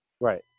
Right